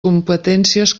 competències